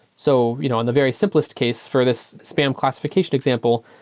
so you know on the very simplest case for this spam classification example,